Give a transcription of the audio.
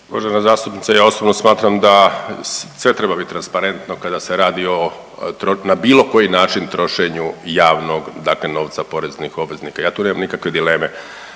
Uvažena zastupnice ja osobno smatram da sve treba biti transparentno kada se radi o na bilo koji način trošenju javnog dakle novca poreznih obveznika. Ja tu nemam nikakve dileme.